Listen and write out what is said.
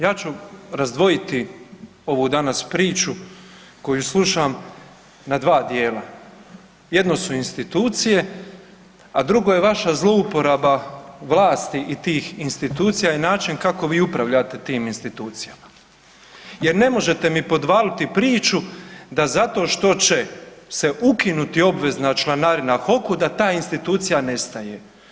Ja ću razdvojiti ovu danas priču koju slušam na dva dijela, jedno su institucije, a drugo je vaša zlouporaba vlasti i tih institucija i način kako vi upravljate tim institucijama jer ne možete mi podvaliti priču da zato što će se ukinuti obvezna članarina HOK-u da ta institucija nestaje.